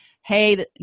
hey